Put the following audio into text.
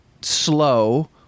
slow